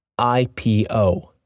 IPO